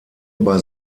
bei